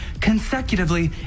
consecutively